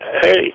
hey